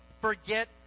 forget